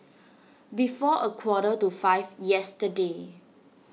before a quarter to five yesterday